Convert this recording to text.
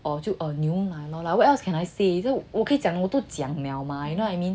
oh 就 oh 牛奶 like what else can I say so 我可以讲我都讲了吗 you know I mean